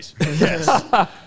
Yes